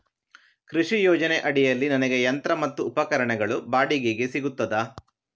ಕೃಷಿ ಯೋಜನೆ ಅಡಿಯಲ್ಲಿ ನನಗೆ ಯಂತ್ರ ಮತ್ತು ಉಪಕರಣಗಳು ಬಾಡಿಗೆಗೆ ಸಿಗುತ್ತದಾ?